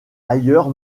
ailleurs